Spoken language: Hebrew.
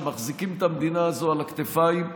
שמחזיקים את המדינה הזאת על הכתפיים,